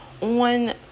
on